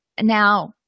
Now